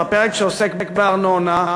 בפרק שעוסק בארנונה,